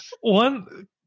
One